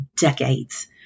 decades